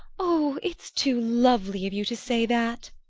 oh, it's too lovely of you to say that!